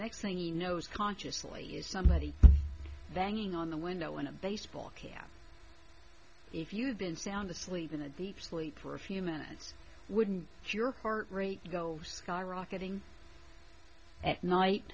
next thing he knows consciously is somebody then young on the window in a baseball cap if you've been sound asleep in a deep sleep for a few minutes wouldn't your heart rate go sky rocketing at night